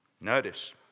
Notice